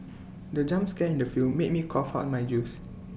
the jump scare in the film made me cough out my juice